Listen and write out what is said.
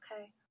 Okay